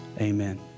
amen